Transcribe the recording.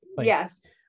Yes